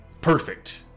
perfect